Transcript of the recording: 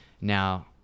now